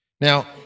Now